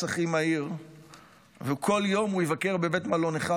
הכי מהיר וכל יום הוא יבקר בבית מלון אחד,